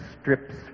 strips